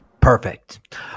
Perfect